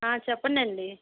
చెప్పండి అండి